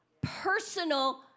personal